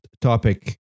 topic